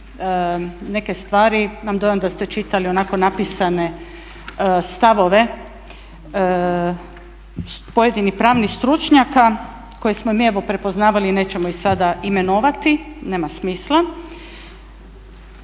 neke stvari, imam dojam da ste čitali onako napisane stavove pojedinih pravnih stručnjaka koje smo mi evo prepoznavali, nećemo ih sada imenovati nema smisla,